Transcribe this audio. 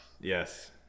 Yes